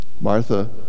Martha